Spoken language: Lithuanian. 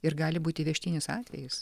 ir gali būti įvežtinis atvejis